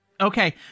Okay